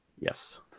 Yes